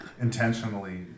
intentionally